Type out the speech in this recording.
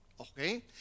Okay